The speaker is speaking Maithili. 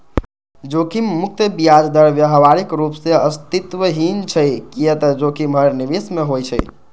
जोखिम मुक्त ब्याज दर व्यावहारिक रूप सं अस्तित्वहीन छै, कियै ते जोखिम हर निवेश मे होइ छै